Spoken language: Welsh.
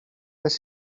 beth